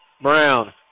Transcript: Brown